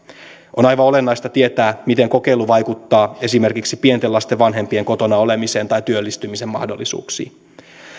on aivan olennaista tietää miten kokeilu vaikuttaa esimerkiksi pienten lasten vanhempien kotona olemiseen tai työllistymisen mahdollisuuksiin